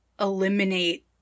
eliminate